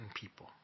people